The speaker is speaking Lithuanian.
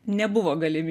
nebuvo galimi